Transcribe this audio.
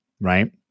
right